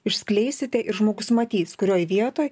išskleisite ir žmogus matys kurioj vietoj